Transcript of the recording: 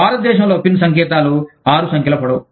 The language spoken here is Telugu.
భారతదేశంలో పిన్ సంకేతాలు ఆరు సంఖ్యల పొడవు